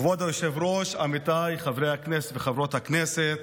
כבוד היושב-ראש, עמיתיי חברי הכנסת, חברות הכנסת,